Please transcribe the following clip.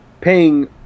paying